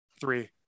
three